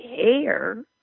hair